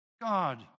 God